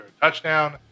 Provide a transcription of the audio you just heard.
touchdown